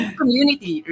community